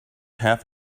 have